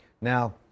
Now